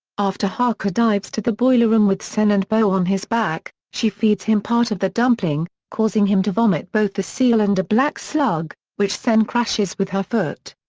after haku dives to the boiler room with sen and boh on his back, she feeds him part of the dumpling, causing him to vomit both the seal and a black slug, which sen crushes with her foot.